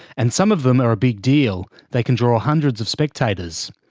and some of them are a big deal, they can draw hundreds of spectators.